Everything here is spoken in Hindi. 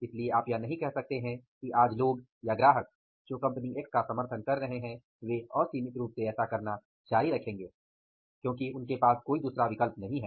इसलिए आप यह नहीं कह सकते कि आज लोग या ग्राहक जो कंपनी X का समर्थन कर रहे हैं वे असीमित रूप से ऐसा करना जारी रखेंगे क्योंकि उनके पास कोई दूसरा विकल्प नहीं है